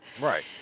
Right